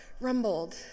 rumbled